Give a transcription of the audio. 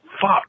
Fuck